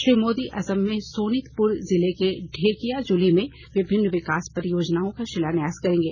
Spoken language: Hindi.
श्री मोदी असम में सोनितपुर जिले के ढेकियाजुली में विभिन्न विकास परियोजनाओं का शिलान्यास करेंगे